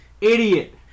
idiot